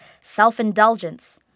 self-indulgence